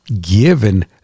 given